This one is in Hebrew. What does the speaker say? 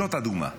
זאת הדוגמה,